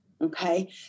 okay